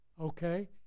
okay